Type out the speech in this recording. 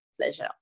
pleasure